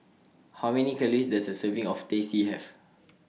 How Many Calories Does A Serving of Teh C Have